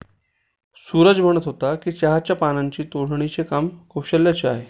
सूरज म्हणत होता की चहाच्या पानांची तोडणीचे काम कौशल्याचे आहे